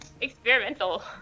Experimental